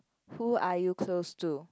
who are you close to